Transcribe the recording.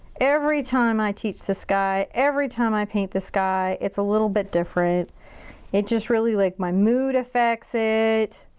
every time i teach the sky, everytime i paint the sky, it's a little bit different it just really, like, my mood affects it.